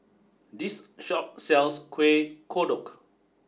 this shop sells Kuih Kodok